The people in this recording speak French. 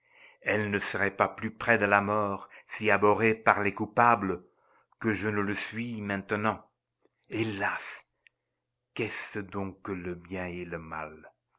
elle ne serait pas plus près de la mort si abhorrée par les coupables que je ne le suis maintenant hélas qu'est-ce donc que le bien et le mal